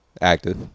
Active